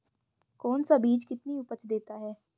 कौन सा बीज कितनी उपज देता है?